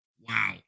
Wow